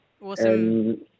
Awesome